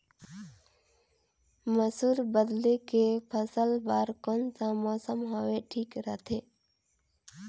मसुर बदले के फसल बार कोन सा मौसम हवे ठीक रथे?